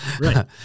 right